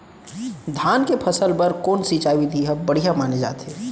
धान के फसल बर कोन सिंचाई विधि ला बढ़िया माने जाथे?